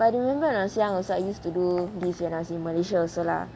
but I remember when I was young I used to do this in malaysia also lah